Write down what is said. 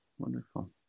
Wonderful